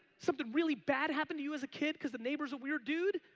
something really bad happened to you as a kid cause the neighbor's a weird dude?